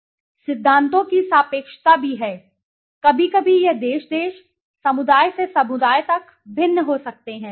दूसरी ओर सिद्धांतों की सापेक्षता भी है कभी कभी यह देश देश समुदाय से समुदाय तक भिन्न हो सकते हैं